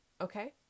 Okay